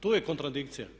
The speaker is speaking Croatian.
Tu je kontradikcija.